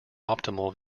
optimal